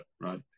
right